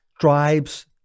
tribes